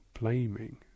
blaming